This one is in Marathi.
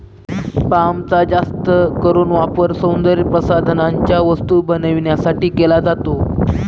पामचा जास्त करून वापर सौंदर्यप्रसाधनांच्या वस्तू बनवण्यासाठी केला जातो